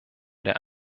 der